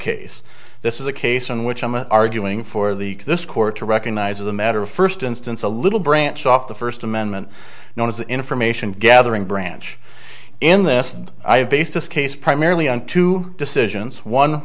case this is a case in which i'm a arguing for the this court to recognize as a matter of first instance a little branch off the first amendment known as the information gathering branch in this i have based this case primarily on two decisions one